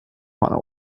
upon